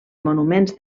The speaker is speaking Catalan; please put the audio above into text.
monuments